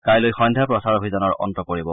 কাইলৈ সন্ধ্যা প্ৰচাৰ অভিযানৰ অন্ত পৰিব